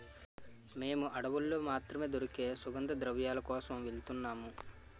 మేము అడవుల్లో మాత్రమే దొరికే సుగంధద్రవ్యాల కోసం వెలుతున్నాము